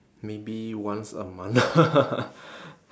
maybe once a month